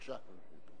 בבקשה.